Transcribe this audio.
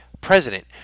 president